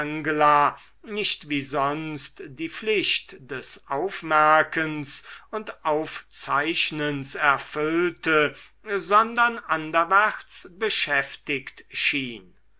nicht wie sonst die pflicht des aufmerkens und aufzeichnens erfüllte sondern anderwärts beschäftigt schien